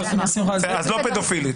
אז לא פדופילית.